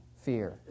fear